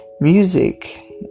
music